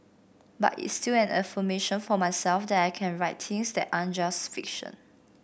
but it's still an affirmation for myself that I can write things that aren't just fiction